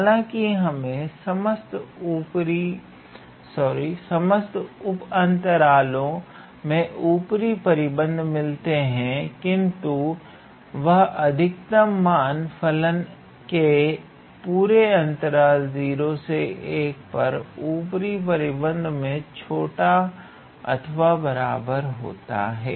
हालांकि हमें समस्त उप अंतरालों में ऊपरी परिबद्ध मिलते है किंतु वह अधिकतम मान फलन के पूरे अंतराल 01 पर ऊपरी परिबद्ध से छोटा अथवा बराबर होता है